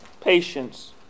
patience